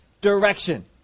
direction